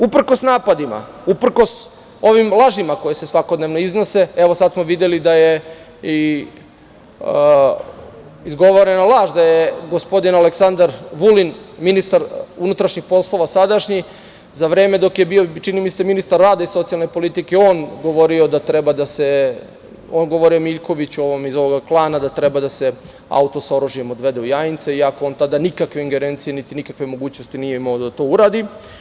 Uprkos napadima, uprkos ovim lažima koje se svakodnevno iznose, sada smo videli da je izgovorena laž da je gospodin Aleksandar Vulin, ministar unutrašnjih poslova, za vreme dok je bio čini mi se, ministar rada i socijalne politike, govorio Miljkoviću iz ovog klana, da treba da se auto s oružjem odvede u Jajince iako on tada nikakve ingerencije, niti nikakve mogućnosti nije imao da to uradi.